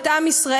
את עם ישראל,